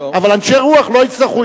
אבל אנשי רוח לא יצטרכו,